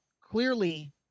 clearly